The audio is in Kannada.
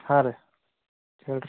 ಹಾಂ ರೀ ಹೇಳ್ರಿ